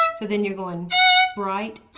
so then you're going right,